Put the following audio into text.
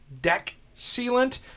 deck-sealant